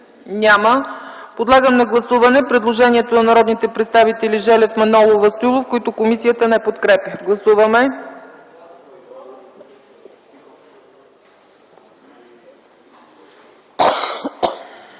Няма. Подлагам на гласуване предложението на народните представители Желев, Манолова и Стоилов, което комисията не подкрепя. Гласували